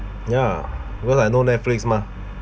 ya because I no Netflix mah